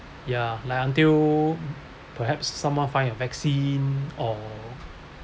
ya like until perhaps someone find a vaccine or